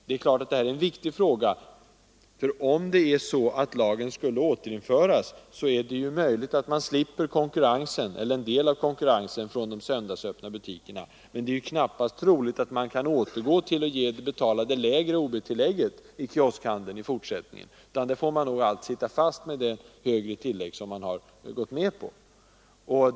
Det är en viktig fråga, för om lagen skulle återinföras är det möjligt att man slipper en del av konkurrensen från de söndagsöppna butikerna, men det är knappast troligt att man inom kioskhandeln kan återgå till att betala det lägre ob-tillägget — man får nog hålla fast vid de högre tillägg som man nu har gått med på.